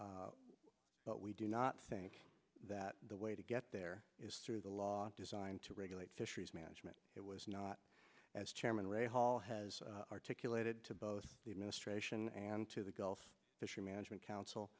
but we do not think that the way to get there is through the law designed to regulate fisheries management it was not as chairman ray hall has articulated to both the administration and to the guy fishery management